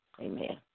Amen